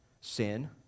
sin